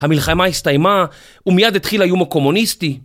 המלחמה הסתיימה ומיד התחיל האיום הקומוניסטי